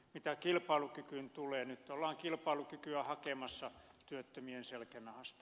mitä kilpailukykyyn tulee nyt ollaan kilpailukykyä hakemassa työttömien selkänahasta